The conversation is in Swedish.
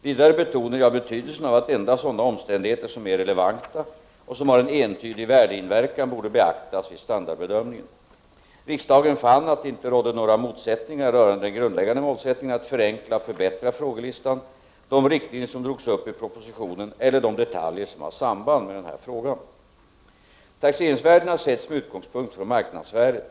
Vidare betonade jag betydelsen av att endast sådana omständigheter som är relevanta och som har en entydig värdeinverkan borde beaktas vid standardbedömningen. Riksdagen fann att det inte rådde några motsättningar rörande den grundläggande målsättningen att förenkla och förbättra frågelistan, de riktlinjer som drogs upp i propositionen eller de detaljer som har samband med denna fråga. Taxeringsvärdena sätts med utgångspunkt i marknadsvärdet.